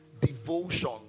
devotion